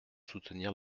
soutenir